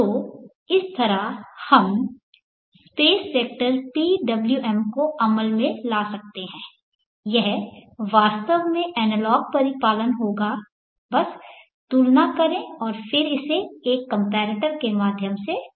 तो इस तरह हम स्पेस वेक्टर PWM को अमल में ला सकते हैं यह वास्तव में एनालॉग परिपालन होगा बस तुलना करें और फिर इसे एक कंपैरेटर के माध्यम से पास करें